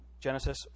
Genesis